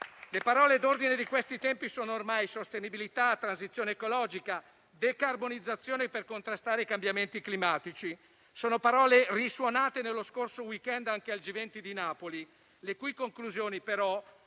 Le parole d'ordine di questi tempi sono ormai sostenibilità, transizione ecologica, decarbonizzazione per contrastare i cambiamenti climatici. Sono parole risuonate nello scorso *week-end* anche al G20 di Napoli, le cui conclusioni però